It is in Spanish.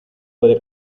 puede